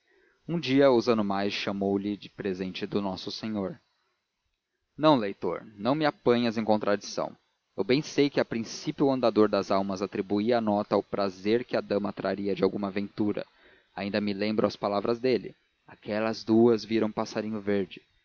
um dia ousando mais chamou-lhe presente de nosso senhor não leitor não me apanhas em contradição eu bem sei que a princípio o andador das almas atribuiu a nota ao prazer que a dama traria de alguma aventura ainda me lembram as palavras dele aquelas duas viram passarinho verde